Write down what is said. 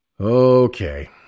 Okay